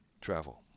travel